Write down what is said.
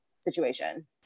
situation